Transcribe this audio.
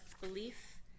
belief